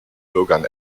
bürgern